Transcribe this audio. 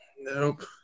Nope